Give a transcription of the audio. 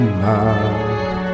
love